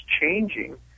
changing